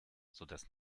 sodass